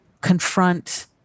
confront